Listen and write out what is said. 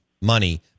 money